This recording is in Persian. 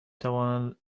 توانم